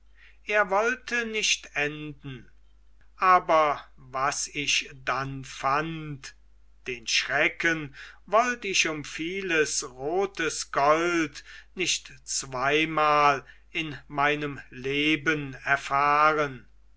er wollte nicht enden aber was ich dann fand den schrecken wollt ich um vieles rotes gold nicht zweimal in meinem leben erfahren